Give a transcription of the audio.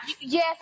Yes